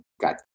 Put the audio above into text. got